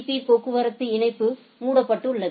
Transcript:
பீ போக்குவரத்து இணைப்பு மூடப்பட்டுள்ளது